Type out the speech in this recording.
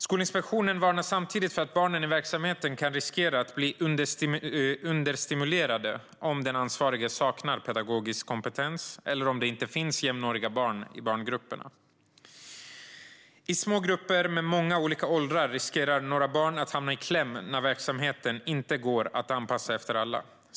Skolinspektionen varnar samtidigt för att barnen i verksamheten kan riskera att bli understimulerade om den ansvarige saknar pedagogisk kompetens eller om det inte finns jämnåriga barn i gruppen. I små grupper med många olika åldrar riskerar några barn att hamna i kläm när verksamheten inte går att anpassa efter alla.